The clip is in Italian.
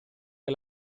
che